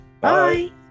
Bye